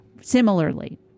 similarly